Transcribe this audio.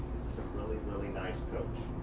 really really nice coach.